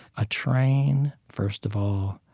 a train, first of all,